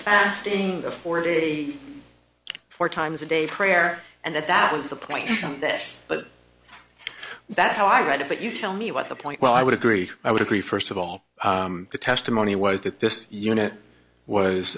fasting the four day four times a day prayer and that that was the point of this but that's how i read it but you tell me what the point well i would agree i would agree first of all the testimony was that this unit was